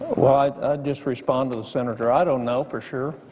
well, i would just respond to the senator, i don't know for sure